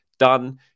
Done